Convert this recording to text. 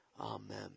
Amen